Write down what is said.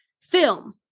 film